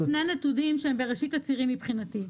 חסרים לי שני נתונים שהם בראשית הצירים מבחינתי.